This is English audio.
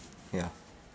ya